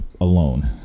alone